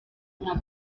nka